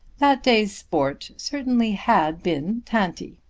that day's sport certainly had been tanti,